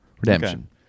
redemption